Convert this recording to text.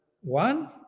one